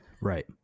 right